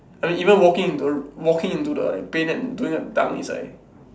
i mean even walking into walking into the paint and doing a dunk inside